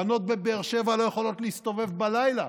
בנות בבאר שבע לא יכולות להסתובב בלילה,